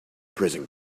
prison